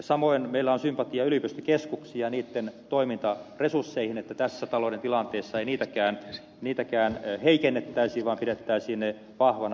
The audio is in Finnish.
samoin meillä on sympatiaa yliopistokeskuksia ja niitten toimintaresursseja kohtaan että tässä talouden tilanteessa ei niitäkään heikennettäisi vaan pidettäisiin ne vahvoina ja elinvoimai sina